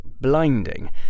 blinding